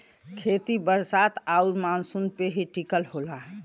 खेती बरसात आउर मानसून पे ही टिकल होला